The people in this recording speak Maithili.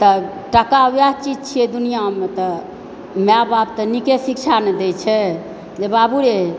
तऽ टाका वएह चीज छियै दुनियामे तऽ माय बाप तऽ नीके शिक्षा न दय छै जे बाबू रे